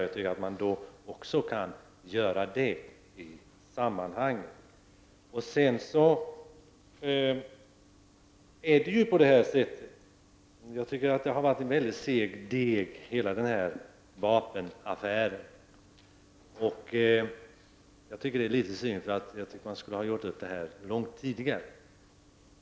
Därför tycker jag att rapporten borde kunna offentliggöras i det här sammanhanget. Hela den här vapenaffären har varit en mycket seg deg, och det som nu sker borde ha hänt långt tidigare.